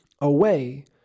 away